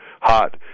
hot